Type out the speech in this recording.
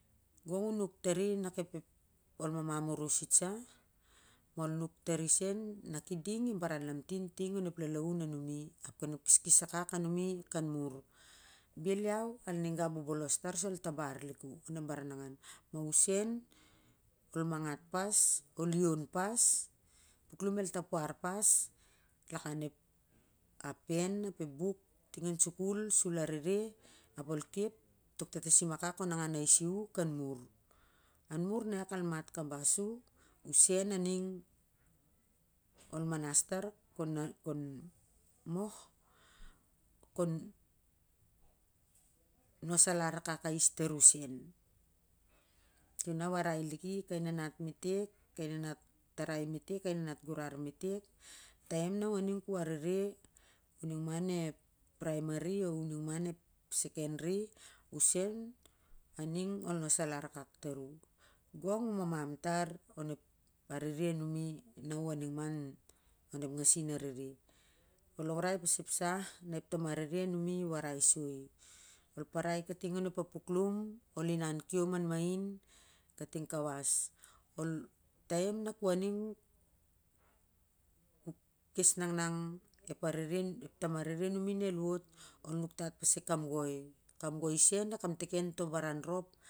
Gong u nuk tari nak ep ep ol mamam oros itsa, ma ol nuk tari sen nak iding, ep baran lamtin ting onep lalaun anumi, ap kon ep keskes akak anumi kanmur, bel iau, al niga bobolos tar su al tabar liku onep baranangan, ma u sen ol mangat pas, ol ion pas, puklum el tapuar pas lakan ep ah pen ap ep buk tingan sukul sur arere ap ol kep tok tatasim akak kon nangan aisi u kanmur, anmur na ia kal mat kabas u, usen aning ol manas tar kon al mo, kon nos alar akak ais tar usen, suna awarai liki kai nanat mitek, kai nanat tarai mitek, kai nanat gurar mitek taim na u aning ku arere, u aning ma onep praimari oh uning ma onep sekandari usen aning ol nos alar akak tar u, gong u mamam tar onep arere anumi na u aning ma onep ngasin arere, ol longrai pas ep sa na ep famarere anumi warai soi, ol parai kating onep palpuklum, ol inan kiom anmain kating kawas, al taim na ku aning ku kes nanganang ep arere ep tamarere numi na el wot, al nuktat pas ep kamgoi, kamgoi sen ida kamteken in toh baran rop